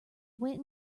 went